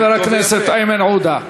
חבר הכנסת איימן עודה,